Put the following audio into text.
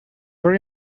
very